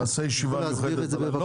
נעשה ישיבה אחרת, לא